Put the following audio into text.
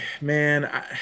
Man